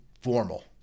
formal